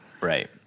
Right